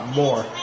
more